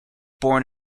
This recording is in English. born